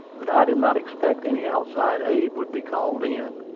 but i did not expect any outside aid would be called in,